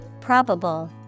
Probable